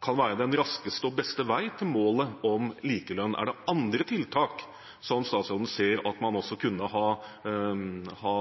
kan være den raskeste og beste vei til målet om likelønn? Er det andre tiltak som statsråden ser at man også kunne ha